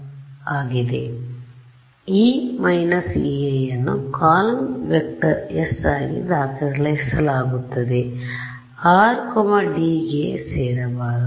ಆದ್ದರಿಂದ E − Ei ಅನ್ನು column vector s ಆಗಿ ದಾಖಲಿಸಲಾಗುತ್ತಿದೆ r d ಗೆ ಸೇರಿರಬಾರದು